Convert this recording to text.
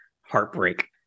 heartbreak